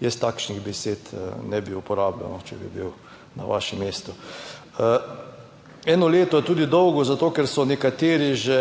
jaz takšnih besed ne bi uporabljal, če bi bil na vašem mestu. Eno leto je tudi dolgo zato, ker so nekateri že